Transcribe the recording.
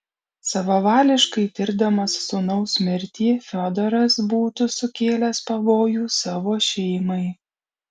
savavališkai tirdamas sūnaus mirtį fiodoras būtų sukėlęs pavojų savo šeimai